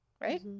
right